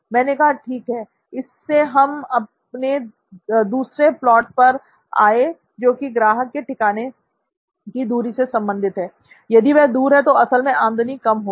मैंने कहा ठीक है इससे हम अपने दूसरे प्लॉट पर आए जो कि ग्राहक के ठिकाने की दूरी से संबंधित है यदि वह दूर है तो असल में आमदनी कम हो जाएगी